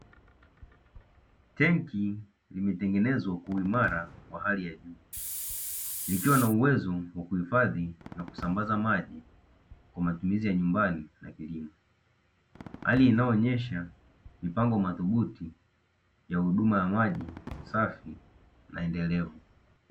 Tangi limetengenezwa kwa uimara wa hali ya juu, likiwa na uwezo wa kuhifadhi na kusambaza maji kwa matumizi ya nyumbani na kilimo, hali inayoonyesha mipango madhubuti ya huduma ya maji safi na endelevu.